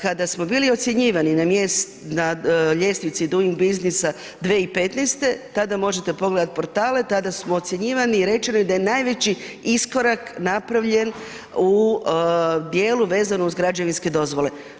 Kada smo bili ocjenjivani na ljestvici Doing businessa 2015. tada možete pogledat portale, tada smo ocjenjivani i rečeno je da je najveći iskorak napravljen u dijelu vezano uz građevinske dozvole.